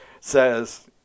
says